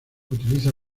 utiliza